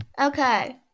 Okay